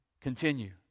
continue